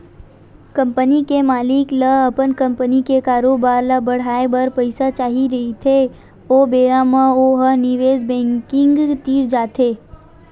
company के मालिक ल अपन कंपनी के कारोबार ल बड़हाए बर पइसा चाही रहिथे ओ बेरा म ओ ह निवेस बेंकिग तीर जाथे